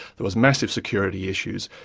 there was massive security issues,